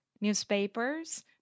newspapers